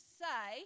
say